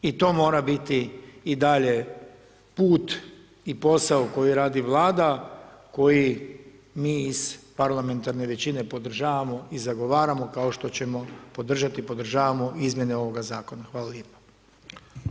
I to mora biti i dalje put i posao koji radi Vlada koji mi iz parlamentarne većine podržavamo i zagovaramo kao što ćemo podržati i podržavamo Izmjene ovoga zakona.